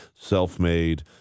self-made